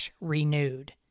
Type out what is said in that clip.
renewed